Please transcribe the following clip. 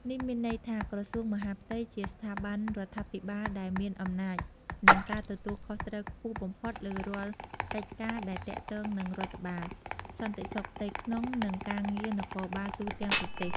នេះមានន័យថា ក្រសួងមហាផ្ទៃជាស្ថាប័នរដ្ឋាភិបាលដែលមានអំណាចនិងការទទួលខុសត្រូវខ្ពស់បំផុតលើរាល់កិច្ចការដែលទាក់ទងនឹងរដ្ឋបាល សន្តិសុខផ្ទៃក្នុង និងការងារនគរបាលទូទាំងប្រទេស។